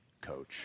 coach